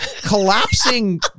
collapsing